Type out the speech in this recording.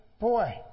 boy